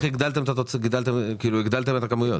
אז איך הגדלתם את הכמויות?